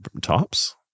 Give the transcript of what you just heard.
tops